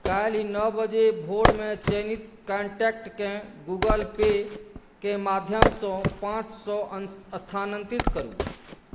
काल्हि नओ बजे भोरमे चयनित कॉन्टैक्टकेँ गूगल पे के माध्यमसँ पाँच सए स्थानांतरित करू